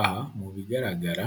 Aha mu bigaragara